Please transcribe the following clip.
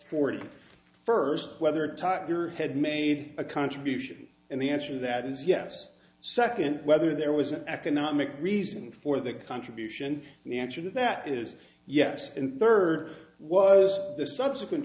forty first whether tiger had made a contribution and the answer to that is yes second whether there was an economic reason for that contribution the answer to that is yes and third was the subsequent